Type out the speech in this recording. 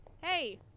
Hey